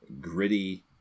gritty